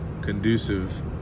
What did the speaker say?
conducive